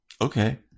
Okay